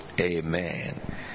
Amen